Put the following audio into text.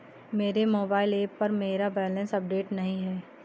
मेरे mobile app पर मेरा बैलेंस अपडेट नहीं है